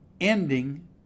ending